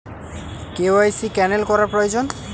KYC cancel করা প্রয়োজন?